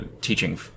teaching